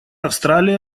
австралия